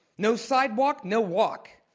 no sidewalk, no walk.